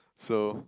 so